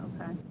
Okay